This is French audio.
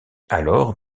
alors